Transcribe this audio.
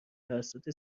توسط